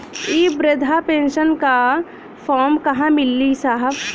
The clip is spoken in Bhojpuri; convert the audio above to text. इ बृधा पेनसन का फर्म कहाँ मिली साहब?